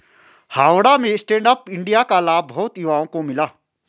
हावड़ा में stand up India का लाभ बहुत युवाओं को मिला